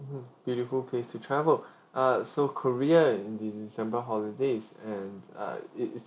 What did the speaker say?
mmhmm beautiful place to travel uh so korea in december holidays and uh it is